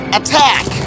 attack